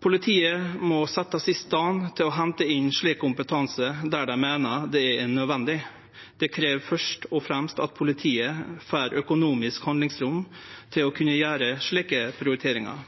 Politiet må setjast i stand til å hente inn slik kompetanse der dei meiner det er nødvendig. Det krev først og fremst at politiet får økonomisk handlingsrom til å kunne gjere slike prioriteringar,